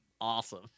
awesome